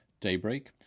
Daybreak